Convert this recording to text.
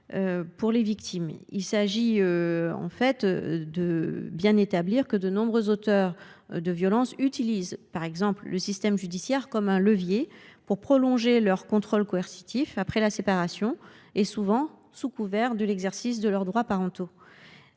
sont des circonstances aggravantes. De nombreux auteurs de violences utilisent, par exemple, le système judiciaire comme un levier pour prolonger leur contrôle coercitif après la séparation, souvent sous couvert de l’exercice de leurs droits parentaux.